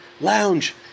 lounge